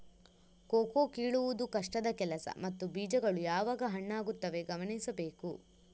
cocoa ಕೀಳುವುದು ಕಷ್ಟದ ಕೆಲಸ ಮತ್ತು ಬೀಜಗಳು ಯಾವಾಗ ಹಣ್ಣಾಗುತ್ತವೆ ಗಮನಿಸಬೇಕು